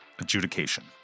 adjudication